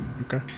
Okay